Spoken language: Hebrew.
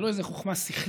זו לא איזו חוכמה שכלית.